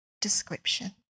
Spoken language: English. description